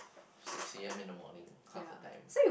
six A_M in the morning half the time